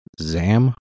Zam